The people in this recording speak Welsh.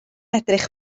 edrych